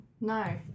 No